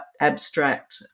abstract